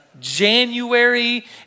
January